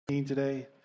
today